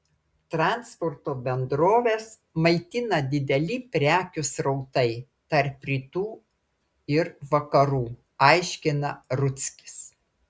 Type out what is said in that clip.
transporto bendroves maitina dideli prekių srautai tarp rytų ir vakarų aiškina rudzkis